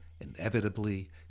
inevitably